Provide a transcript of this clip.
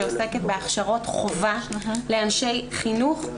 שעוסקת בהכשרות חובה לאנשי חינוך,